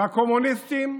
והקומוניסטים,